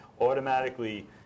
automatically